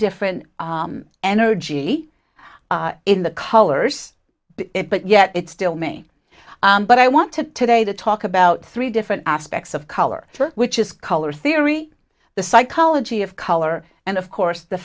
different energy in the colors but yet it's still me but i want to today to talk about three different aspects of color which is color theory the psychology of color and of course the